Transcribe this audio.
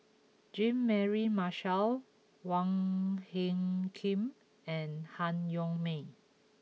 Jean Mary Marshall Wong Hung Khim and Han Yong May